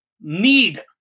need